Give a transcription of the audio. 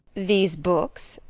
these books?